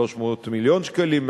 300 מיליון שקלים,